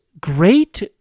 great